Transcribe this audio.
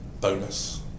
bonus